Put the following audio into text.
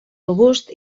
robust